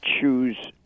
choose